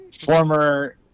Former